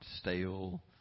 stale